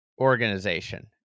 organization